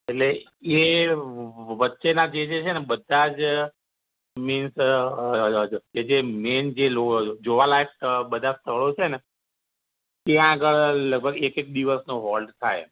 એટલે એ વચ્ચેના જે જે છે ને બધા જ મીન્સ કે જે મેઈન જે જોવાલાયક સ્થ બધા સ્થળો છે ને ત્યાં આગળ લગભગ એક એક દિવસનો હોલ્ટ થાય